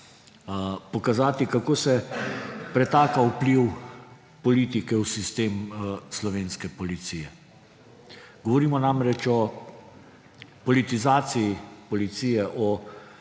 pokazati, kako se pretaka vpliv politike v sistem slovenske policije. Govorimo namreč o politizaciji policije,